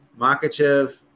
Makachev